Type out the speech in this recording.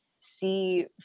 see